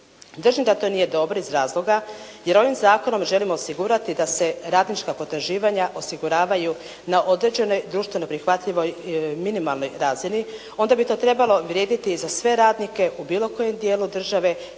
Držim da to nije dobro iz razloga, jer ovim zakonom želimo osigurati da se radnička potraživanja osiguravaju na određenoj društveno prihvatljivoj minimalnoj razini. Onda bi to trebalo vrijediti i za sve radnike u bilo kojem dijelu države